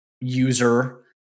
user